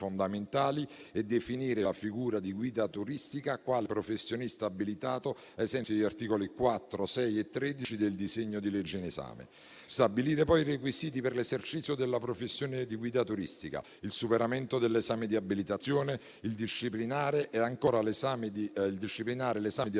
e definire la figura di guida turistica quale professionista abilitato ai sensi degli articoli 4, 6 e 13 del disegno di legge in esame; per stabilire poi i requisiti per l'esercizio della professione di guida turistica e il superamento dell'esame di abilitazione; per disciplinare l'esame di abilitazione